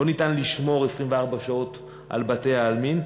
לא ניתן לשמור 24 שעות על בתי-העלמין,